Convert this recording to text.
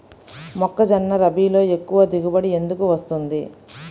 మొక్కజొన్న రబీలో ఎక్కువ దిగుబడి ఎందుకు వస్తుంది?